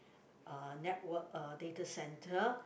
uh network uh data centre